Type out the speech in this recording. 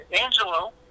Angelo